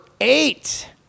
eight